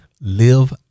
live